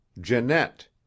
Jeanette